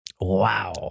Wow